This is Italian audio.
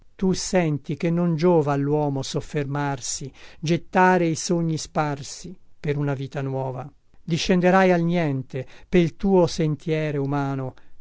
tu senti che non giova alluomo soffermarsi gettare i sogni sparsi per una vita nuova discenderai al niente pel tuo sentiere umano